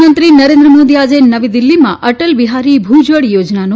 પ્રધાનમંત્રી નરેન્દ્ર મોદી આજે નવી દિલ્હીમાં અટલ બિહારી ભુજળ યોજનાનો